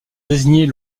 désigner